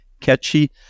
catchy